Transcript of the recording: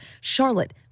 Charlotte